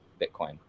Bitcoin